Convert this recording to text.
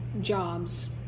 jobs